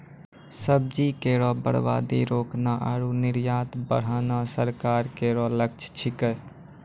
सब्जी केरो बर्बादी रोकना आरु निर्यात बढ़ाना सरकार केरो लक्ष्य छिकै